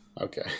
Okay